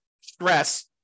stress